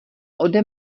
ode